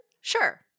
Sure